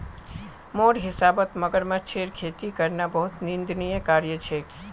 मोर हिसाबौत मगरमच्छेर खेती करना बहुत निंदनीय कार्य छेक